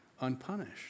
unpunished